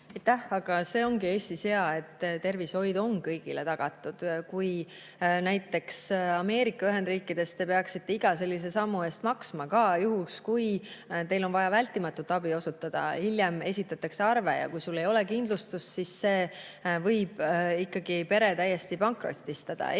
See ongi Eestis hea, et tervishoid on kõigile tagatud. Näiteks Ameerika Ühendriikides te peaksite iga sellise sammu eest maksma, ka juhul, kui teile on vaja vältimatut abi osutada. Hiljem esitatakse arve ja kui sul ei ole kindlustust, siis see võib pere ikkagi täiesti pankrotistada. Eestis